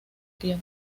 piel